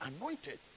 anointed